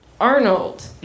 Arnold